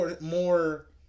more